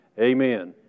Amen